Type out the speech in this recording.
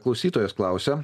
klausytojas klausia